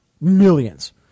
Millions